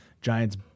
giants